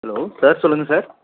hello sir சொல்லுங்க sir